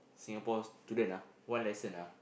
Singapore student ah one lesson ah